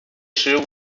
十五